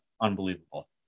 unbelievable